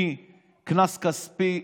מקנס כספי,